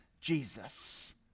Jesus